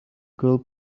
girl